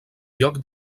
lloc